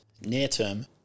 near-term